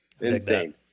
Insane